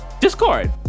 Discord